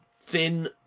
Thin